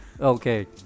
Okay